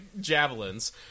javelins